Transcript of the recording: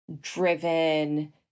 driven